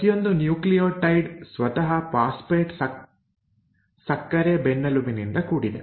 ಪ್ರತಿಯೊಂದು ನ್ಯೂಕ್ಲಿಯೋಟೈಡ್ ಸ್ವತಃ ಫಾಸ್ಫೇಟ್ ಸಕ್ಕರೆ ಬೆನ್ನೆಲುಬಿನಿಂದ ಕೂಡಿದೆ